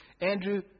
Andrew